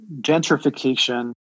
gentrification